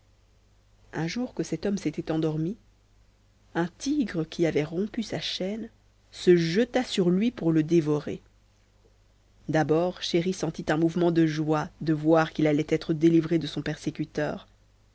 un jour que cet homme s'était endormi un tigre qui avait rompu sa chaîne se jeta sur lui pour le dévorer d'abord chéri sentit un mouvement de joie de voir qu'il allait être délivré de son persécuteur